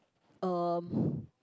um